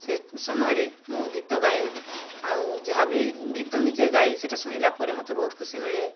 ସେ ସମୟରେ ମୁଁ ଗୀତ ଗାଏ ଆଉ ଯାହା ବି ଗୀତ ନିଜେ ଗାଇ ସେଇଟା ଶୁଣିଲା ପରେ ମୋତେ ବହୁତ ଖୁସି ମିଳେ